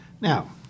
Now